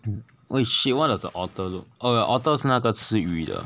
!oi! shit what does a otter look oh a otter 是那个吃鱼的